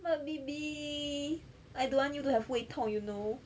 but B_B I don't want you to have 胃痛 you know